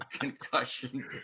concussion